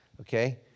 Okay